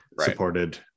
supported